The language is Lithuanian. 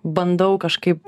bandau kažkaip